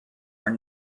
are